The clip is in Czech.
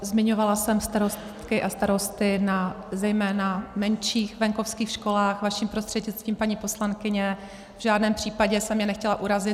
Zmiňovala jsem starostky a starosty na zejména menších venkovských školách, vaším prostřednictvím, paní poslankyně, v žádném případě jsem je nechtěla urazit.